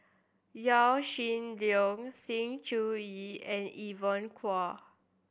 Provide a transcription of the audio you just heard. Yaw Shin Leong Sng Choon Yee and Evon Kow